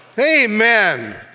Amen